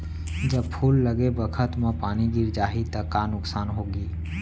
जब फूल लगे बखत म पानी गिर जाही त का नुकसान होगी?